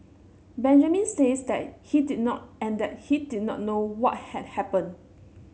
Benjamin says that he did not and that he did not know what had happened